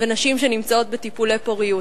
ונשים שעוברות טיפולי פוריות.